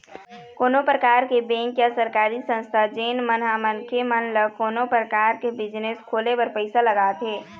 कोनो परकार के बेंक या सरकारी संस्था जेन मन ह मनखे मन ल कोनो परकार के बिजनेस खोले बर पइसा लगाथे